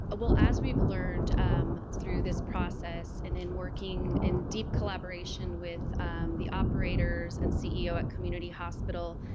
ah well as we've learned um through this process and in working in deep collaboration with the operators and ceo at community hospital,